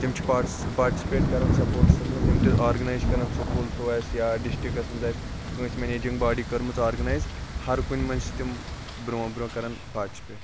تِم چھِ پاٹس پاٹسِپیٹ کَران سَپوٹسَس مَنٛز یِم تہِ آرگَنایِز چھِ کَران سوٚکوٗل تھرٛوٗ آسہِ یا ڈِسٹرکَس مَنٛز آسہِ کٲنٛسہِ میٚنیجِنٛگ باڈی کٔرمٕژ آرگَنایِز ہَر کُنہِ مَنٛز چھِ تِم برٛونٛہہ برٛونٛہہ کَران پاٹِسپیٹ